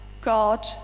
God